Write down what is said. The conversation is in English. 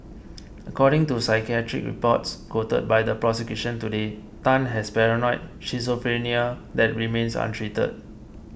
according to psychiatric reports quoted by the prosecution today Tan has paranoid schizophrenia that remains untreated